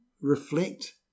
reflect